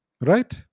right